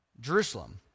Jerusalem